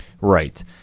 Right